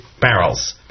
barrels